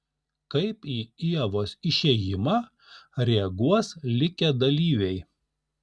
kaip į ievos išėjimą reaguos likę dalyviai